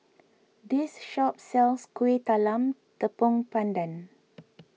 this shop sells Kuih Talam Tepong Pandan